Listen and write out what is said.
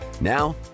Now